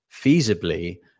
feasibly